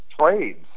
trades